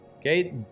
Okay